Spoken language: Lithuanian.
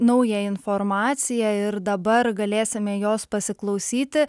naują informaciją ir dabar galėsime jos pasiklausyti